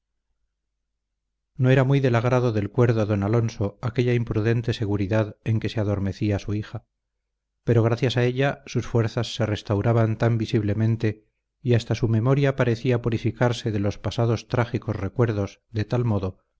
no era muy del agrado del cuerdo don alonso aquella imprudente seguridad en que se adormecía su hija pero gracias a ella sus fuerzas se restauraban tan visiblemente y hasta su memoria parecía purificarse de los pasados trágicos recuerdos de tal modo